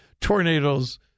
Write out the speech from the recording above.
tornadoes